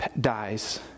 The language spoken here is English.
dies